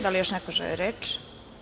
Da li još neko želi reč?